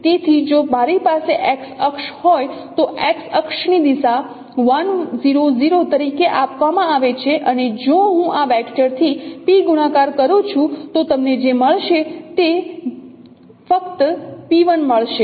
તેથી જો મારી પાસે X અક્ષ હોય તો X અક્ષની દિશા તરીકે આપવામાં આવે છે અને જો હું આ વેક્ટરથી p ગુણાકાર કરું છું તો તમને જે મળશે તે ફક્ત p1 મળશે